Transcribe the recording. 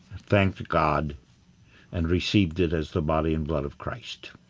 thanked god and received it as the body and blood of christ.